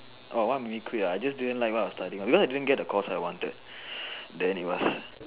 orh what made me quit ah I just didn't like what I was studying because I didn't get the course I wanted then it was